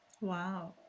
Wow